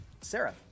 Sarah